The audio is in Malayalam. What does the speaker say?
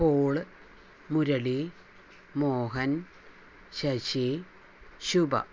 പോള് മുരളി മോഹൻ ശശി ശുഭ